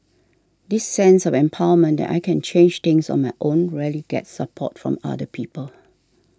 this sense of empowerment that I can change things on my own rarely gets support from other people